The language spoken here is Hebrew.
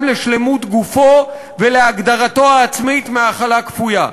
לשלמות גופו ולהגדרתו העצמית מהאכלה כפויה.